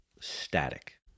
Static